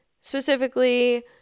specifically